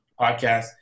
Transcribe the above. podcast